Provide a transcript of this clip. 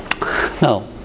Now